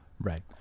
Right